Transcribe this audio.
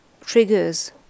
triggers